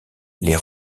les